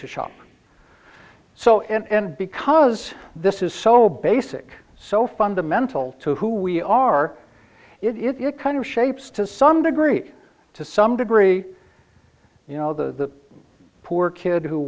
to shop so and because this is so basic so fundamental to who we are it it it kind of shapes to some degree to some degree you know the poor kid who